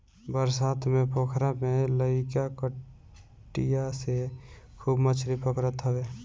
बरसात में पोखरा में लईका कटिया से खूब मछरी पकड़त हवे